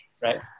right